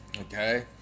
okay